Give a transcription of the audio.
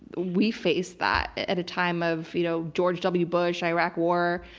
we faced that, at a time of you know george w. bush, iraq war,